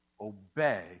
obey